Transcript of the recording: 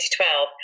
2012